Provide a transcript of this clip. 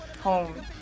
Home